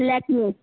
Lakme